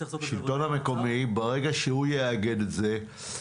ברגע שהשלטון המקומי יאגד את זה,